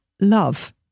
love